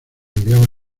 enviaba